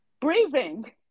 Breathing